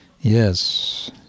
yes